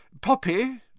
Poppy